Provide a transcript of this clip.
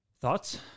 Thoughts